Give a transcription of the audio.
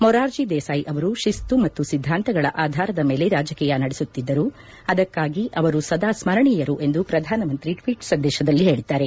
ಮೊರಾರ್ಜ ದೇಸಾಯಿ ಅವರು ತಿಸ್ತು ಮತ್ತು ಸಿದ್ಧಾಂತಗಳ ಆಧಾರದ ಮೇಲೆ ರಾಜಕೀಯ ನಡೆಸುತ್ತಿದ್ದರು ಅದಕ್ಕಾಗಿ ಅವರು ಸದಾ ಸ್ಮರಣೀಯರು ಎಂದು ಪ್ರಧಾನಮಂತ್ರಿ ಟ್ವೀಟ್ ಸಂದೇಶದಲ್ಲಿ ಹೇಳಿದ್ದಾರೆ